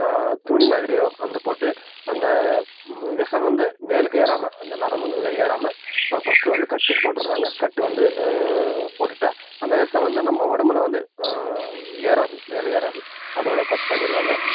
துணி மாதிரியோ வந்து போட்டு அந்த விஷம் வந்து மேலுக்கு ஏறாமல் அந்த நரம்புங்கள்ல ஏறாமல் ஃபர்ஸ்ட்டு வந்து கட்டுப் போட்டுறாங்கள் கட்டு வந்து போட்டுட்டால் அந்த விஷம் வந்து நம்ம உடம்புல வந்து ஏறாது மேலே ஏறாது அதோடய கட் பண்ணிடுவாங்க